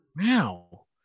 Wow